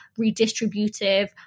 redistributive